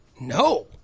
no